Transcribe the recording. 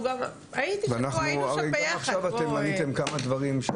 גם עכשיו ראיתם כמה דברים.